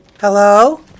Hello